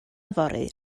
fory